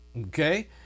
okay